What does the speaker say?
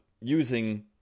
using